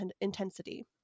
intensity